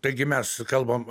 taigi mes kalbam